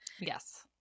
Yes